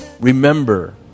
Remember